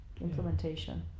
implementation